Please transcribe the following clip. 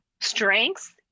strengths